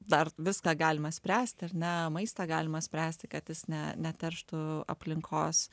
dar viską galima spręsti ar ne maistą galima spręsti kad jis ne neterštų aplinkos